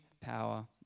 power